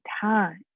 time